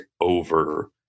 over